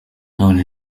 none